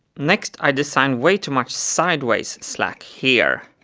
next, i designed way too much sideways slack here.